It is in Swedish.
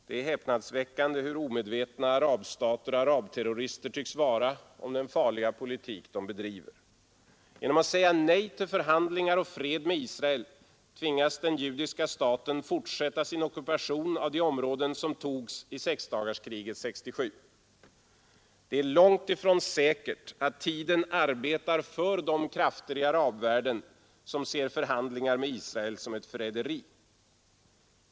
Det är häpnadsväckande hur omedvetna arabstater och arabterrorister tycks vara om den farliga politik de bedriver. Genom att man säger nej till förhandlingar och fred med Israel tvingas den judiska staten fortsätta sin ockupation av de områden som intogs i sexdagarskriget 1967. Det är långtifrån säkert att tiden arbetar för de krafter i arabvärlden som ser förhandlingar med Israel som ett förräderi.